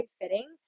fitting